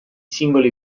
singoli